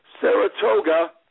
Saratoga